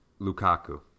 Lukaku